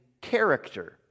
character